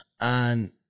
and-